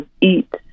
eat